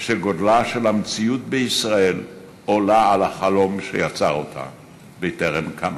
שגודלה של המציאות בישראל עולה על החלום שיצר אותה בטרם קמה.